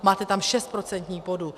Máte tam šest procentních bodů.